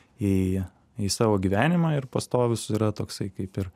į į savo gyvenimą ir pastovus yra toksai kaip ir